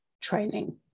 training